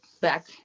back